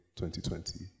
2020